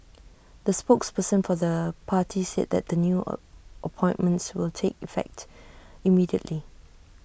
the spokesperson for the party said that the new A appointments will take effect immediately